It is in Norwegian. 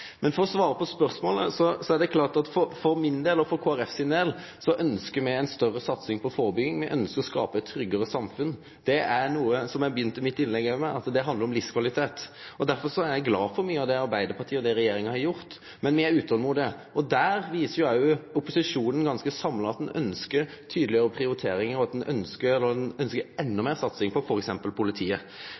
Men for å svare på spørsmålet: For min del og for Kristeleg Folkeparti sin del ønskjer vi ei større satsing på førebygging. Me ønskjer å skape eit tryggare samfunn, og som eg begynte mitt innlegg med: Det handlar om livskvalitet. Derfor er eg glad for mye av det Arbeidarpartiet og regjeringa har gjort. Men me er utolmodige. Her viser ein ganske samla opposisjon at ein ønskjer tydelegare prioriteringar og endå meir satsing på f.eks. politiet. Når det gjeld regjeringsspørsmålet, kjem eg ikkje med noko svar her. Det einaste eg kan seie, er at Kristeleg Folkeparti kjem til å vere krystallklar på